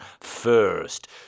first